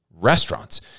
Restaurants